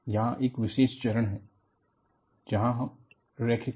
यहां एक विशेष चरण है जहाँ यह रैखिक है